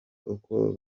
uko